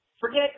Forget